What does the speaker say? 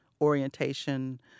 orientation